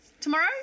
Tomorrow